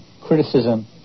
criticism